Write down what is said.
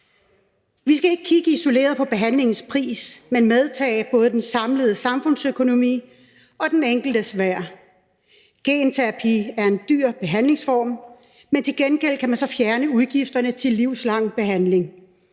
Vi skal ikke kigge isoleret på behandlingens pris, men medtage både den samlede samfundsøkonomi og den enkeltes værd. Genterapi er en dyr behandlingsform, men til gengæld kan man så fjerne udgifterne til livslang behandling.